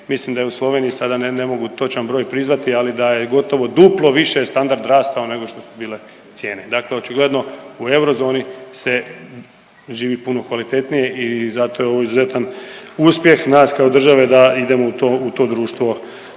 mislim da je u Sloveniji, sada ne mogu točan broj …/Govornik se ne razumije./… ali da je gotovo duplo više standard rastao nego što su bile cijene. Dakle, očigledno u eurozoni se živi puno kvalitetnije i zato je ovo izuzetan uspjeh nas kao države da idemo u to društvo